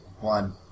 One